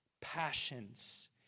Passions